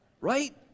Right